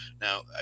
Now